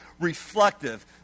reflective